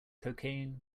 cocaine